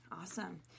Awesome